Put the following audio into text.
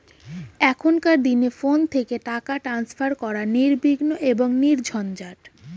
এখনকার দিনে ফোন থেকে টাকা ট্রান্সফার করা নির্বিঘ্ন এবং নির্ঝঞ্ঝাট